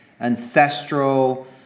ancestral